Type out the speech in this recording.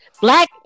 Black